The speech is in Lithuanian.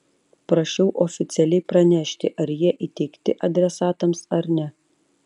prašiau oficialiai pranešti ar jie įteikti adresatams ar ne